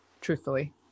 truthfully